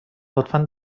لطفا